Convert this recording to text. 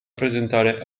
presentare